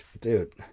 dude